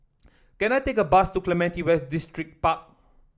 can I take a bus to Clementi West Distripark